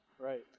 Right